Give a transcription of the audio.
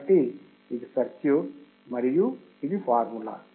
కాబట్టి ఇది సర్క్యూట్ మరియు ఇది ఫార్ములా